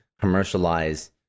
commercialize